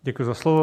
Děkuji za slovo.